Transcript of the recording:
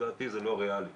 לדעתי זה לא ריאלי